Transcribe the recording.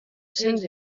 cents